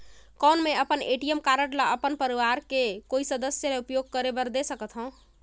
कौन मैं अपन ए.टी.एम कारड ल अपन परवार के कोई सदस्य ल उपयोग करे बर दे सकथव?